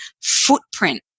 footprint